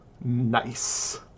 Nice